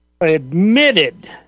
admitted